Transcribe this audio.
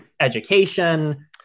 education